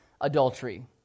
adultery